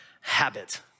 habit